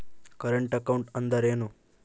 Current account ಅಂದರೇನು?